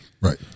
right